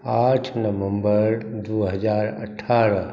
आठ नवम्बर दू हजार अठारह